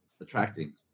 attracting